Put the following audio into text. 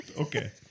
Okay